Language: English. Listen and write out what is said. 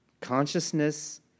Consciousness